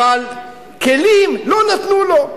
אבל כלים לא נתנו לו.